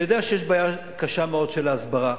אני יודע שיש בעיה קשה מאוד של הסברה,